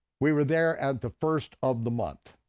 we were there at the first of the month,